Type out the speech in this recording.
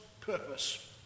purpose